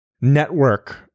network